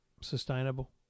sustainable